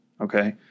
okay